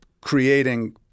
creating